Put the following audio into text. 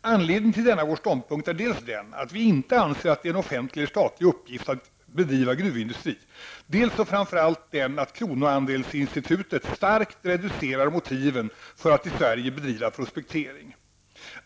Anledningen till denna vår ståndpunkt är dels att vi inte anser att det är en offentlig eller statlig uppgift att driva gruvindustri, dels, och framför allt, att kronoandelsinstitutet starkt reducerar motiven för att i Sverige bedriva prospektering.